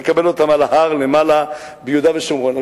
לקבל אותם על ההר למעלה ביהודה ושומרון.